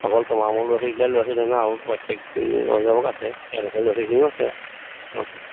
অকল তোমাৰ মোৰ ল'ৰা ছেৱালীকেইটাই ল'ৰা ছোৱালী নহয় নহয় আৰুতো প্ৰত্যেক অভিভাৱক আছে তেওঁলোকৰ ল'ৰা ছোৱালীখিনিও আছে অঁ